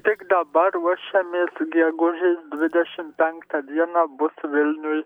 tik dabar ruošiamės gegužės dvidešim penktą dieną bus vilniuj